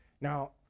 Now